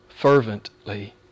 fervently